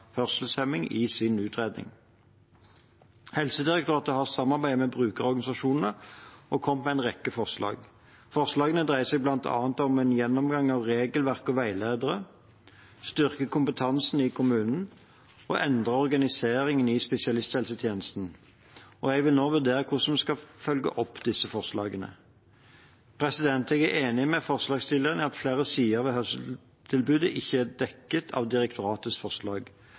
i sin utredning. Helsedirektoratet har samarbeidet med brukerorganisasjonene og kommet med en rekke forslag. Forslagene dreier seg bl.a. om en gjennomgang av regelverk og veiledere, om å styrke kompetansen i kommunen og om å endre organiseringen i spesialisthelsetjenesten. Jeg vil nå vurdere hvordan vi skal følge opp disse forslagene. Jeg er enig med forslagsstillerne i at flere sider ved hørselstilbudet ikke er dekket av direktoratets forslag.